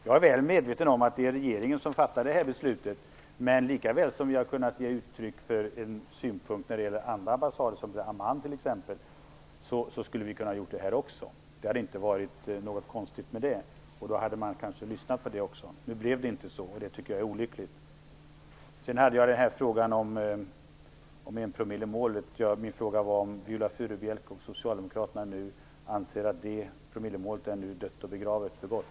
Jag är väl medveten om att regeringen fattar beslutet om detta, men likaväl som vi har kunnat ge uttryck för en synpunkt när det gäller andra ambassader, som t.ex. i Amman, skulle vi ha kunnat göra det också på denna punkt. Det hade inte varit något konstigt med det, och man hade kanske också lyssnat på en sådan synpunkt. Nu blev det inte så, och jag tycker att det är olyckligt. Min fråga om enpromillesmålet var om Viola Furubjelke och Socialdemokraterna nu anser att det nu är dött och begravet för gott.